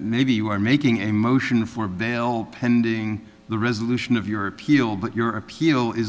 maybe you are making a motion for bail pending the resolution of your appeal but your appeal is